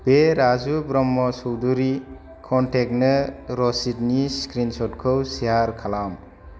बे राजु ब्रह्म चौधुरि कनटेक्टनो रसिदनि स्क्रिन सर्टखौ सेयार खालाम